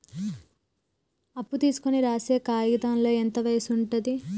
అప్పు తీసుకోనికి రాసే కాయితంలో ఎంత వయసు ఉంటది?